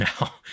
now